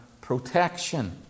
protection